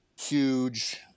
huge